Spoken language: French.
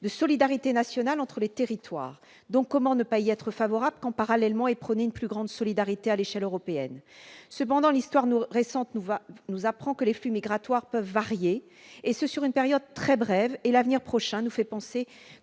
de solidarité nationale entre les territoires. Comment ne pas y être favorable quand, parallèlement, une plus grande solidarité est prônée à l'échelle européenne ? Cependant, l'histoire récente nous apprend que les flux migratoires peuvent varier, et ce sur une période très brève. L'avenir prochain nous fait penser